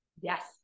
Yes